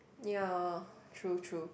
ya true true